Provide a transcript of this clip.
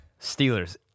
Steelers